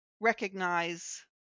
recognize